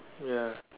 ya